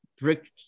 brick